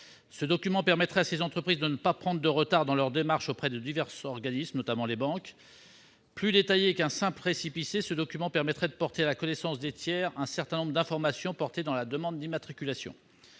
Ce document permettrait à ces entreprises de ne pas prendre de retard dans leurs démarches auprès de divers organismes, notamment les banques. Plus détaillé qu'un simple récépissé, ce document permettrait de porter à la connaissance des tiers un certain nombre d'informations figurant dans la demande d'immatriculation.